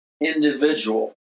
individual